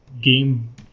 game